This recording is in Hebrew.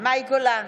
מאי גולן,